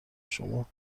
شما